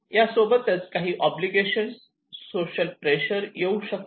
यासोबतच काही social obligation social pressure येऊ शकते